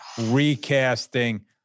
recasting